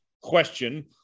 question